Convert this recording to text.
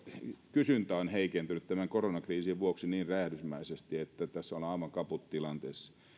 kysyntä on heikentynyt tämän koronakriisin vuoksi niin räjähdysmäisesti että tässä ollaan aivan kaput tilanteessa